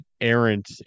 errant